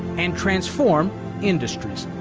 and transform industries.